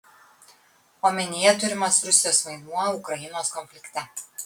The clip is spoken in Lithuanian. omenyje turimas rusijos vaidmuo ukrainos konflikte